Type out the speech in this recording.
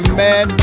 man